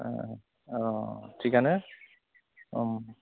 औ थिगानो अ